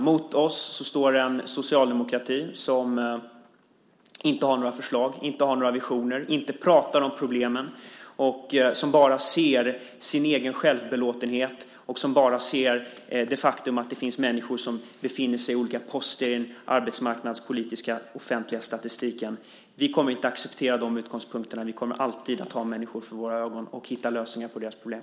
Mot oss står en socialdemokrati som inte har några förslag, inte har några visioner, inte pratar om problemen, som bara ser sin egen självbelåtenhet, som bara ser det faktum att det finns människor som befinner sig i olika poster i den offentliga arbetsmarknadspolitiska statistiken. Vi kommer inte att acceptera de utgångspunkterna. Vi kommer alltid att ha människor för våra ögon och hitta lösningar på deras problem.